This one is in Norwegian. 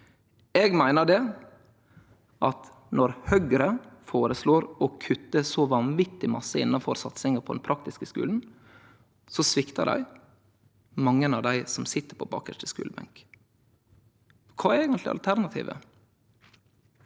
Eg meiner at når Høgre føreslår å kutte vanvitig masse innanfor satsing på den praktiske skulen, sviktar dei mange av dei som sit på bakarste skulebenk. Kva er eigentleg alternativet